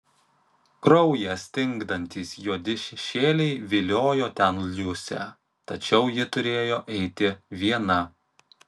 kraują stingdantys juodi šešėliai viliojo ten liusę tačiau ji turėjo eiti viena